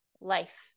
life